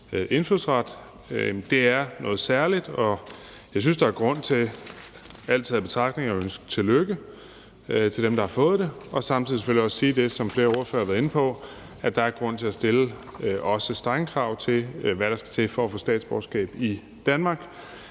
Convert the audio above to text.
indfødsret. Det er noget særligt, og jeg synes, der er grund til, alt taget i betragtning, at ønske tillykke til dem, der har fået det, og samtidig selvfølgelig også sige, hvad flere ordførere har været inde på, at der er grund til stille også strenge krav til, hvad der skal til for at få statsborgerskab i Danmark.